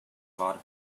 lot